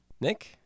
Nick